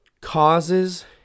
causes